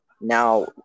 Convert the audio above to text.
Now